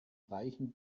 reichen